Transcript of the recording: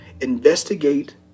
investigate